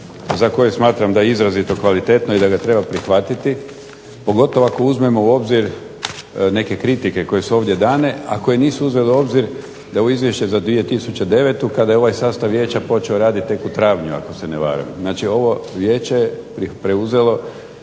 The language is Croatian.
za kojeg smatram da je izrazito kvalitetno i da ga treba prihvatiti pogotovo ako uzmemo u obzir neke kritike koje su ovdje dane, a koje nisu uzele u obzir da je u Izvješće za 2009. kada je ovaj sastav vijeća počeo raditi tek u travnju ako se ne varam. Znači, ovo vijeće je preuzelo